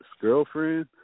girlfriend